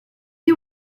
you